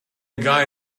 guy